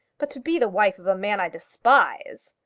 but to be the wife of a man i despise!